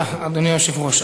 אדוני היושב-ראש,